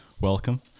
welcome